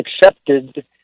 accepted